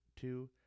two